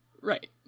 right